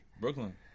Brooklyn